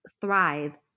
thrive